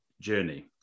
journey